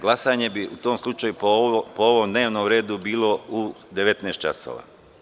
Glasanje bi u tom slučaju po ovom dnevnom redu bilo u 19,00 časova.